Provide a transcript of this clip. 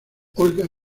olga